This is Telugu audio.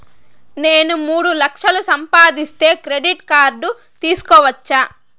నేను మూడు లక్షలు సంపాదిస్తే క్రెడిట్ కార్డు తీసుకోవచ్చా?